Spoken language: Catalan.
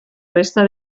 resta